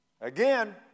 Again